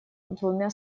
двумя